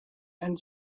and